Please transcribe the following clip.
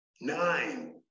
Nine